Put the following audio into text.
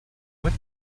what